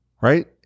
Right